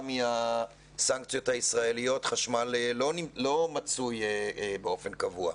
מהסנקציות הישראליות חשמל לא מצוי באופן קבוע.